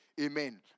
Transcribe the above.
Amen